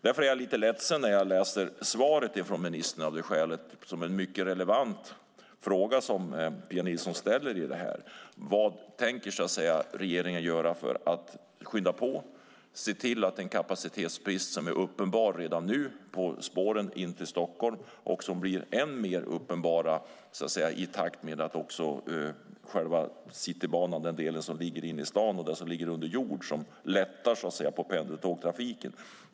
Därför är jag lite ledsen när jag läser svaret från ministern. Det är en mycket relevant fråga som Pia Nilsson ställer. Vad tänker regeringen göra för att skynda på detta? Kapacitetsbristen är redan nu uppenbar på spåren in till Stockholm. Och den blir än mer uppenbar i takt med att själva Citybanan byggs. Jag tänker på den del som ligger inne i stan och under jord och som, så att säga, underlättar pendeltågtrafiken.